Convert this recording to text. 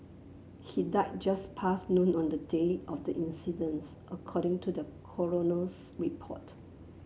he died just past noon on the day of the incidence according to the coroner's report